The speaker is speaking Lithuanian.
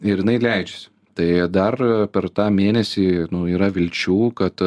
ir jinai leidžiasi tai dar per tą mėnesį nu yra vilčių kad